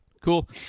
Cool